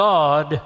God